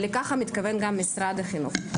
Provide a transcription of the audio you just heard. ולכך מתכוון גם משרד החינוך.